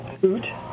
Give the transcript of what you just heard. food